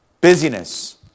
Busyness